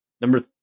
number